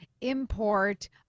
import